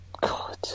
God